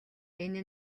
энэ